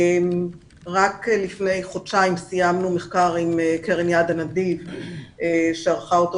רק לפני חודשיים סיימנו מחקר עם קרן יד הנדיב שערכה אותו